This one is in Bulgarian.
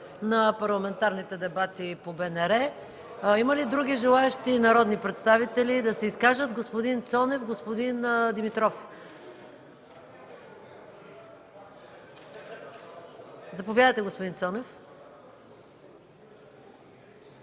на парламентарните дебати по БНР. Има ли други желаещи народни представители да се изкажат? Господин Цонев, господин Димитров. Заповядайте, господин Цонев.